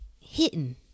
hidden